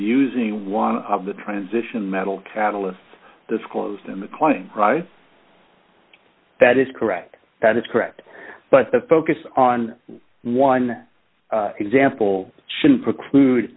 using one of the transition metal catalyst disclosed in the client right that is correct that is correct but the focus on one example shouldn't preclude